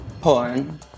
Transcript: Porn